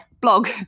blog